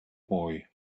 boy